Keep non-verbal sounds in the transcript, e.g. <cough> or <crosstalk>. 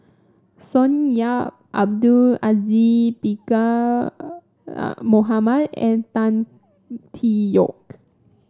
Sonny Yap Abdul Aziz Pakkeer <noise> Mohamed and Tan Tee Yoke